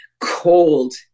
cold